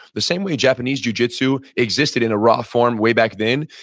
the same way japanese jujitsu existed in a rough form way back then,